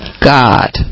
God